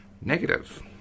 negative